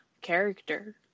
character